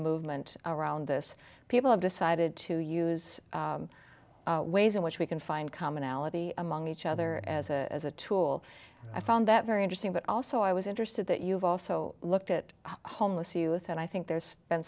movement around this people have decided to use ways in which we can find commonality among each other as a as a tool and i found that very interesting but also i was interested that you've also looked at homeless youth and i think there's been